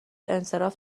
انصراف